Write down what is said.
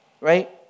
right